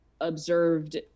observed